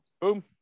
Boom